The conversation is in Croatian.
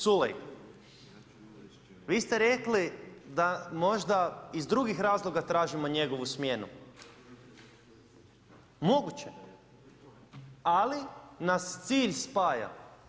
Culej vi ste rekli da možda iz drugih razloga tražimo njegovu smjenu, moguće ali nas cilj spaja.